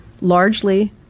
largely